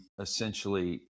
essentially